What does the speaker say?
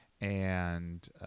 and-